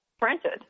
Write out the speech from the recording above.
printed